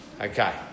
Okay